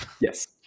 yes